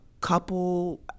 couple